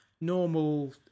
normal